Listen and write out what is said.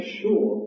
sure